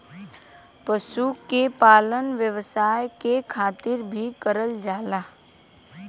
पशु के पालन व्यवसाय के खातिर भी करल जाला